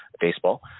baseball